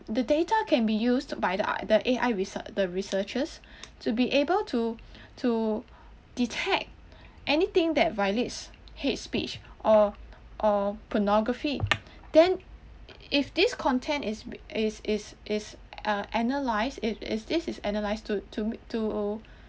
the data can be used by the i~ the A_I resear~ the researchers to be able to to detect anything that violates hate speech or or pornography then if this content is is is is a~ analysed it is this is analysed to to to